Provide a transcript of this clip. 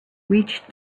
reached